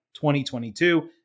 2022